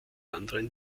anderen